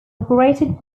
operated